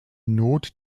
not